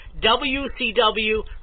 WCW